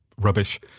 rubbish